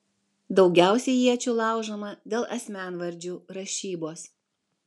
daugiausiai iečių laužoma dėl asmenvardžių rašybos